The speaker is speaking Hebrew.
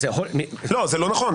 זה לא נכון.